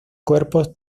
cuerpos